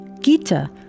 Gita